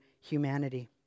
humanity